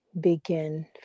begin